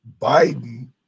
Biden